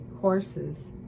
courses